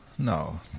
No